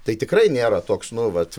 tai tikrai nėra toks nu vat